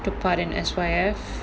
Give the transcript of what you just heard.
took part in S_Y_F